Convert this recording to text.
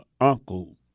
uncle